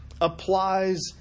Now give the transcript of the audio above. applies